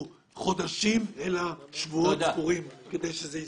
חודשים אלא שבועות ספורים כדי שזה יסתיים.